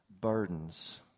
burdens